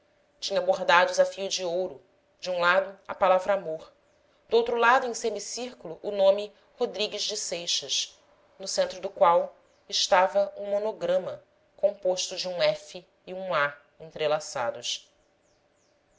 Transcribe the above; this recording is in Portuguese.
tinha bordados a fio de ouro de um lado a palavra amor do outro lado em semicírculo o nome rodrigues de seixas no centro do qual estava um monograma composto de um f e um a entrelaçados